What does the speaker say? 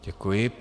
Děkuji.